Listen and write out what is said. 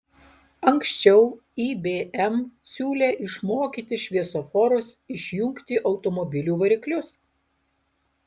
ankščiau ibm siūlė išmokyti šviesoforus išjungti automobilių variklius